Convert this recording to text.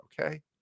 okay